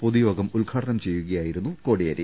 പൊതുയോഗം ഉദ്ഘാടനം ചെയ്യുക യായിരുന്നു കോടിയേരി